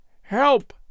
Help